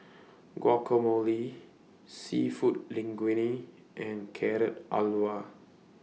Guacamole Seafood Linguine and Carrot Halwa